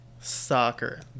Soccer